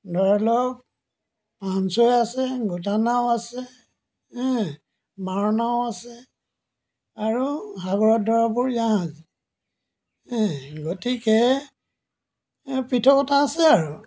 ধৰি লওক পানচৈ আছে গোটানাও আছে মাৰনাও আছে আৰু সাগৰত ধৰাবোৰ জাহাজ গতিকে পৃথকতা আছে আৰু